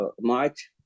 march